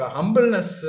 Humbleness